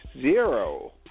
zero